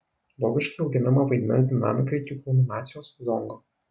logiškai auginama vaidmens dinamika iki kulminacijos zongo